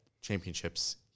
championships